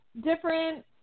different